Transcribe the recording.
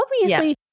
Obviously-